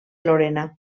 lorena